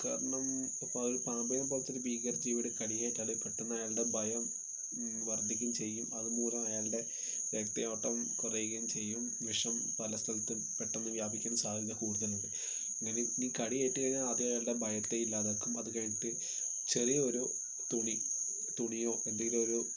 കാരണം ഇപ്പോൾ അവർ പാമ്പിനെപ്പോലത്തൊരു ഭീകരജീവിയുടെ കടിയേറ്റാൽ പെട്ടന്ന് അയാളുടെ ഭയം വർദ്ധിക്കും ചെയ്യും അതുമൂലം അയാളുടെ രക്തയോട്ടം കുറയുകയും ചെയ്യും വിഷം പല സ്ഥലത്തും പെട്ടന്നു വ്യാപിക്കാൻ സാധ്യത കൂടുതലുണ്ട് മേയ് ബി ഇനി കടിയേറ്റു കഴിഞ്ഞാൽ ആദ്യം അയാളുടെ ഭയത്തെ ഇല്ലാതാക്കും അതുകഴിഞ്ഞിട്ട് ചെറിയ ഒരു തുണി തുണിയോ എന്തെങ്കിലും ഒരു